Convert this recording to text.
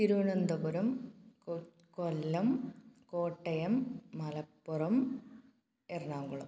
തിരുവനന്തപുരം കൊ കൊല്ലം കോട്ടയം മലപ്പുറം എറണാകുളം